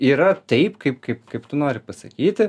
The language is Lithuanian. yra taip kaip kaip kaip tu nori pasakyti